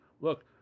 Look